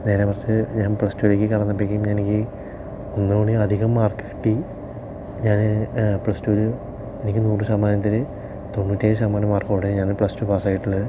നേരെ മറിച്ച് ഞാൻ പ്ലസ്റ്റൂവിലേക്ക് കടന്നപ്പോഴേക്കും എനിക്ക് ഒന്നൂകൂടി അധികം മാർക്ക് കിട്ടി ഞാൻ പ്ലസ്റ്റൂവിന് എനിക്ക് നൂറ് ശതമാനത്തിന് തൊണ്ണൂറ്റേഴ് ശതമാനം മാർക്കോടെയാണ് പ്ലസ് ടു പാസായിട്ടുള്ളത്